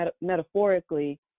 metaphorically